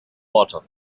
water